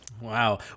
Wow